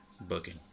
Booking